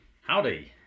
howdy